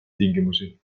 tingimusi